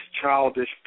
childish